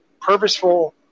purposeful